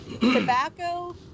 Tobacco